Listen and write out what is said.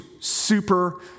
super